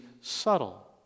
subtle